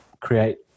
create